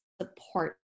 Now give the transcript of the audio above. support